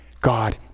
God